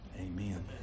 Amen